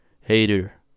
hater